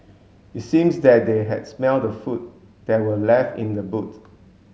it seems that they had smelt the food that were left in the boot